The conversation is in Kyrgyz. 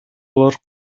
алар